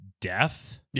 death